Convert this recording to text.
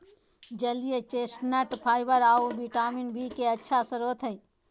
जलीय chestnut fibre आऊ vitamin B के अच्छा स्रोत हइ